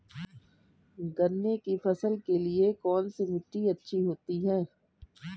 गन्ने की फसल के लिए कौनसी मिट्टी अच्छी होती है?